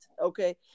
Okay